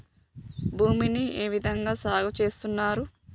భూమిని ఏ విధంగా సాగు చేస్తున్నారు?